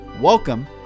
Welcome